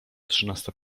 trzynasta